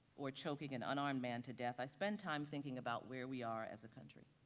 or choking an unarmed man to death, i spend time thinking about where we are as a country.